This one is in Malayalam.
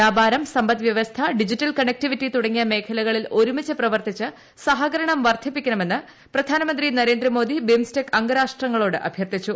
വൃാപാരം സമ്പദ്വൃവസ്ഥ ഡിജിറ്റൽ കണക്ടിവിറ്റി തുടങ്ങിയ മേഖലകളിൽ ഒരുമിച്ച് പ്രവർത്തിച്ച് സഹകരണം വർദ്ധിപ്പിക്കണമെന്ന് പ്രധാനമന്ത്രി നരേന്ദ്രമേദി ബിംസ്റ്റെക് അംഗരാഷ്ട്രങ്ങളോട് അഭ്യർത്ഥിച്ചു